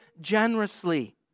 generously